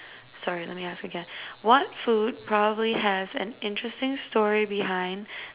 sorry let me ask again what food probably has an interesting story behind